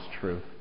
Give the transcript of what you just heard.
truth